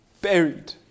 buried